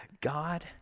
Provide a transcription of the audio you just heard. God